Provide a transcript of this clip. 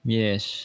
yes